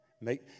Make